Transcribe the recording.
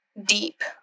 deep